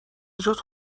جات